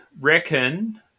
reckon